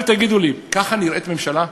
אבל תגידו לי, ככה נראית ממשלה,